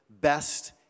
best